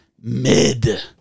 mid